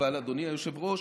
אדוני היושב-ראש,